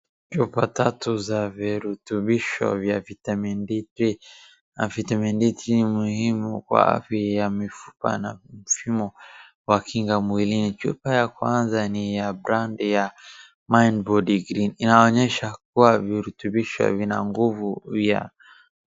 Chupa tatu za virutubisho vya vitamin D 3, vitamin D3 ni muhimu kwa afya ya mifupa na mfumo wa kinga mwilini. Chupa ya kwanza ni ya bland ya Mild Blood Green. Inaonyesha kuwa virutubisho vina nguvu ya.